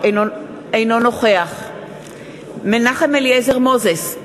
אינו נוכח מנחם אליעזר מוזס,